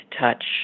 touch